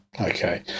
Okay